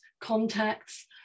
contacts